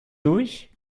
durch